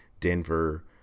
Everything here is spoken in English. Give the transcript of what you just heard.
Denver